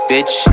Bitch